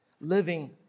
Living